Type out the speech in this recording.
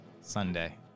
Sunday